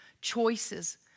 choices